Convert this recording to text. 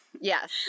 Yes